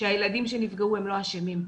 שהילדים שנפגעו הם לא אשמים.